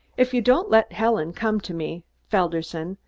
if you don't let helen come to me, felderson,